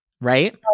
Right